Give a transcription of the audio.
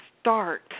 start